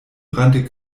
rannte